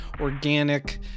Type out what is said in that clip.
organic